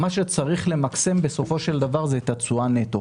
מה שצריך למקסם בסופו של דבר זה את התשואה נטו.